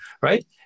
right